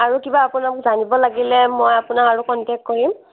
আৰু কিবা আপোনাক জানিব লাগিলে মই আপোনাক আৰু কণ্টেক্ট কৰিম